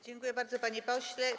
Dziękuję bardzo, panie pośle.